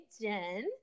Jen